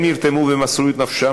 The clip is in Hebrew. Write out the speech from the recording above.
הם נרתמו ומסרו את נפשם,